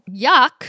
yuck